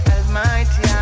Almighty